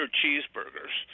cheeseburgers